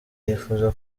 yifuza